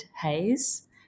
Haze